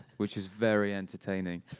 which is very entertaining.